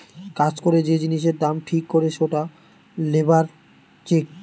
কাজ করে যে জিনিসের দাম ঠিক করে সেটা লেবার চেক